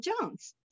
Jones